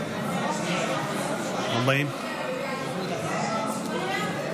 40 למטה.